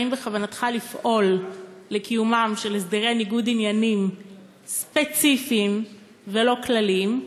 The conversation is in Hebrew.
האם בכוונתך לפעול לקיומם של הסדרי ניגוד עניינים ספציפיים ולא כלליים?